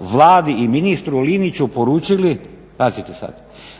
Vladi i ministru Liniću poručili pazite sad